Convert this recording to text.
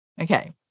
okay